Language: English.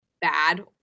bad